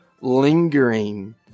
lingering